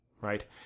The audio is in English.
right